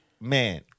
Man